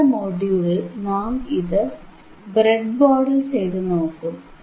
അടുത്ത മൊഡ്യൂളിൽ നാം ഇത് ബ്രെഡ്ബോർഡിൽ ചെയ്തുനോക്കും